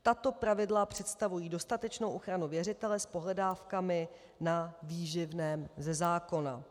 Tato pravidla představují dostatečnou ochranu věřitele s pohledávkami na výživném ze zákona.